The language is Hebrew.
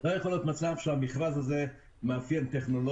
לא יכול להיות שהמכרז הזה מאפיין טכנולוגיה